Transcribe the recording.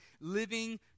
living